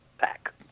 back